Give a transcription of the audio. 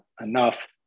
enough